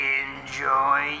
enjoy